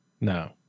No